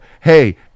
Hey